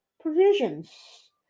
provisions